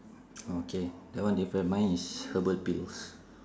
okay that one different mine is herbal pills